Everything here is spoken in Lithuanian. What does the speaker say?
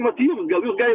jums gal jūs galit